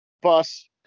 bus